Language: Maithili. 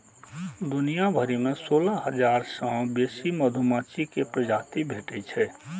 दुनिया भरि मे सोलह हजार सं बेसी मधुमाछी के प्रजाति भेटै छै